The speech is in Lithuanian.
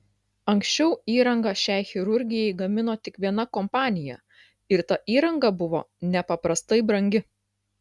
anksčiau įrangą šiai chirurgijai gamino tik viena kompanija ir ta įranga buvo nepaprastai brangi